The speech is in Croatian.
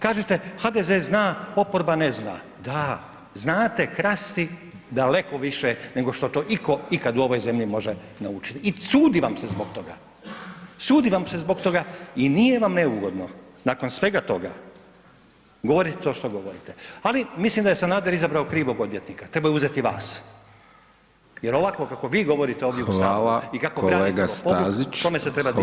Kažete HDZ zna, oporba ne zna, da znate krasti daleko više nego što to itko ikad u ovoj zemlji može naučit i sudi vam se zbog toga, sudi vam se zbog toga i nije vam neugodno nakon svega toga govorit to što govorite, ali mislim da je Sanader izabrao krivog odvjetnika, trebao je uzeti vas jer ovako kako vi govorite ovdje [[Upadica: Hvala…]] u HS i kako [[Upadica: …kolega Stazić]] branite gospodu tome se treba diviti.